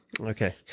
Okay